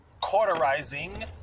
cauterizing